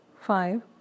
five